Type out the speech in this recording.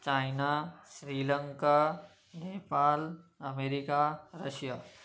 China Sri Lanka Nepal America Russia